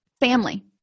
family